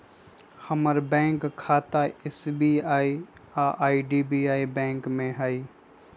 हमर बैंक खता एस.बी.आई आऽ आई.डी.बी.आई बैंक में हइ